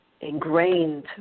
ingrained